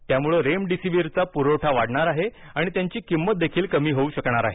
त्यामुळे रेमडिसिव्हिरचा पुरवठा वाढणार आहे आणि त्याची किंमत देखील कमी होऊ शकणार आहे